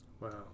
Wow